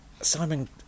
Simon